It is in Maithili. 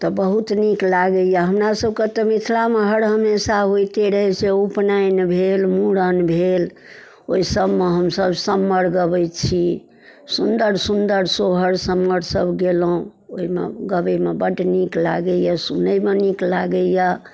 तऽ बहुत नीक लागैए हमरासबके तऽ मिथिलामे हर हमेशा होइते रहे छै उपनैन भेल मूड़न भेल ओहिसबमे हमसब सम्मर गबै छी सुन्दर सुन्दर सोहर सम्मर सब गेलहुँ ओहिमे गबैमे बड़ नीक लागैए सुनैमे नीक लागैए